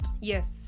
Yes